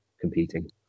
competing